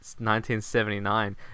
1979